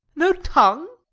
no tongue?